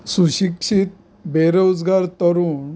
सुशिक्षीत बेरोजगार तरूण